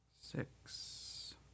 Six